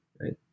right